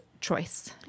choice